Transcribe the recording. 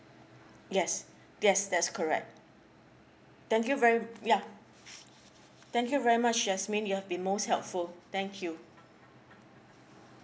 yes yes that's correct thank you very yeah thank you very much jasmine you've been most helpful thank you